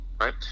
right